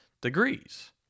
degrees